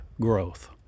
growth